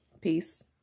Peace